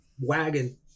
wagon